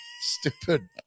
stupid